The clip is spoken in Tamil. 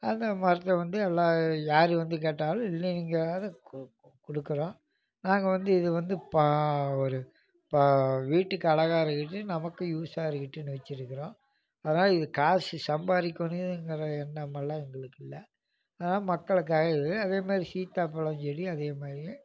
அந்த மரத்தை வந்து எல்லாம் யார் வந்து கேட்டாலும் இல்லைங்காது கு கு கொடுக்கறோம் நாங்கள் வந்து இது வந்து ப ஒரு ப வீட்டுக்கு அழகாக இருக்குதுன்ட்டு நமக்கும் யூஸாக இருக்குதுன்ட்டுன்னு வச்சிருக்குறோம் அதனால இது காஸு சம்பாதிரிக்கணுங்குற எண்ணமெல்லாம் எங்களுக்கு இல்லை ஆனால் மக்களுக்காக இது அதே மாதிரி சீத்தாப்பழம் செடி அதே மாதிரியே